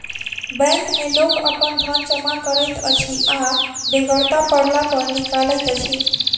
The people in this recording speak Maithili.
बैंक मे लोक अपन धन जमा करैत अछि आ बेगरता पड़ला पर निकालैत अछि